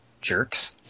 jerks